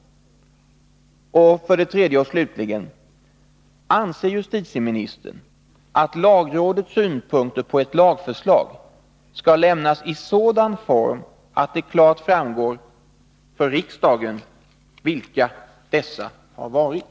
För det tredje och slutligen: Anser justitieministern att lagrådets synpunkter på ett lagförslag skall lämnas i sådan form att det klart framgår för riksdagen vilka dessa har varit?